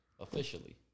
Officially